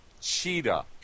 cheetah